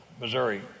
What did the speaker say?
Missouri